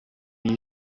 iyi